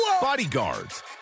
Bodyguards